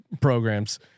programs